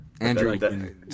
Andrew